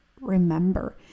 remember